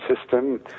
system